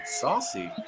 saucy